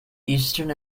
eastern